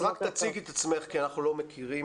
רק תציגי את עצמך כי אנחנו לא מכירים.